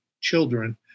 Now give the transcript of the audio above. children